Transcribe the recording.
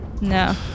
No